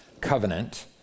covenant